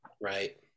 right